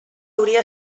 hauria